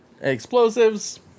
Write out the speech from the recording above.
explosives